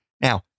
Now